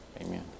amen